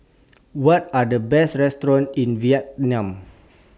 What Are The Best restaurants in Vientiane